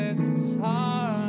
guitar